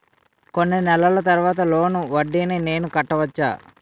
కొన్ని నెలల తర్వాత లోన్ వడ్డీని నేను కట్టవచ్చా?